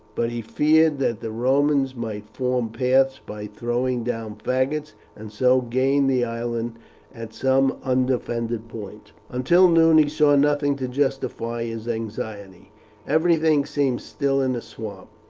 but he feared that the romans might form paths by throwing down faggots, and so gain the island at some undefended point. until noon he saw nothing to justify his anxiety everything seemed still in the swamp.